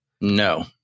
No